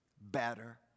better